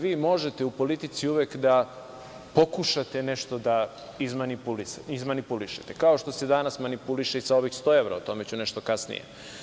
Vi možete u politici uvek da pokušate nešto da izmanipulišete, kao što se danas manipuliše sa ovih 100 evra, o tome ću nešto kasnije.